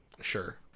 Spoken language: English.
sure